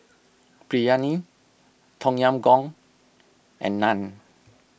Biryani Tom Yam Goong and Naan